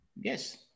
Yes